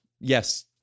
yes